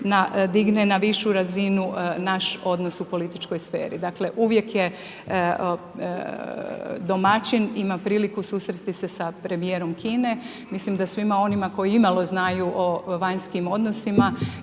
na višu razinu naš odnos u političkoj sferi. Dakle, uvijek je domaćin imao priliku susresti se sa premijerom Kine. Mislim da svima onima koji imalo znaju o vanjskim odnosima